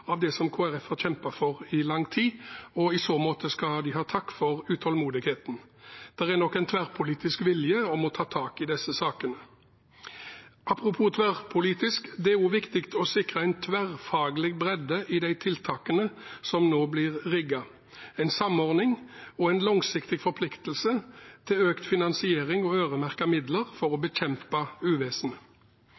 av det som Kristelig Folkeparti har kjempet for i lang tid. I så måte skal de ha takk for utålmodigheten. Det er nok en tverrpolitisk vilje til å ta tak i disse sakene. Apropos tverrpolitisk: Det er også viktig å sikre en tverrfaglig bredde i de tiltakene som nå blir rigget, en samordning og en langsiktig forpliktelse til økt finansiering og øremerkede midler for å